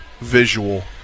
visual